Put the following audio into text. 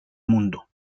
mundo